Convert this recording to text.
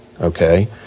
okay